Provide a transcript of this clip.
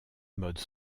modes